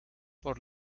por